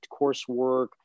coursework